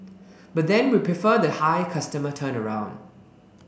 but then we prefer the high customer turnaround